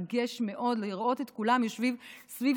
מרגש מאוד לראות את כולם יושבים סביב